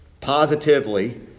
positively